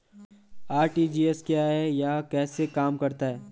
RTGS क्या है यह कैसे काम करता है?